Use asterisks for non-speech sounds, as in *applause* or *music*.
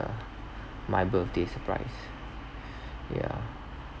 my birthday surprise *breath* yeah